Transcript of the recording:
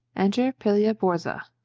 enter pilia-borza.